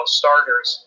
starters